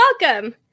welcome